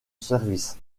service